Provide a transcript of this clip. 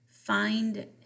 Find